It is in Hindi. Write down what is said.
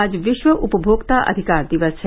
आज विश्व उपभोक्ता अधिकार दिवस है